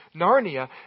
Narnia